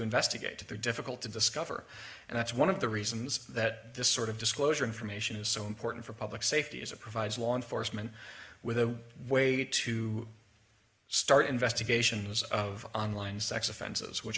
investigate they're difficult to discover and that's one of the reasons that this sort of disclosure information is so important for public safety is a provide law enforcement with a way to start investigations of online sex offenses which